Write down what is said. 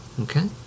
Okay